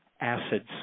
acids